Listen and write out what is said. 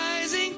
rising